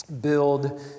Build